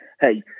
hey